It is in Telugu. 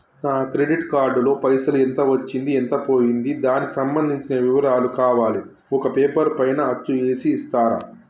నా క్రెడిట్ కార్డు లో పైసలు ఎంత వచ్చింది ఎంత పోయింది దానికి సంబంధించిన వివరాలు కావాలి ఒక పేపర్ పైన అచ్చు చేసి ఇస్తరా?